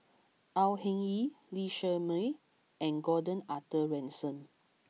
Au Hing Yee Lee Shermay and Gordon Arthur Ransome